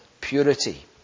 purity